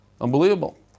unbelievable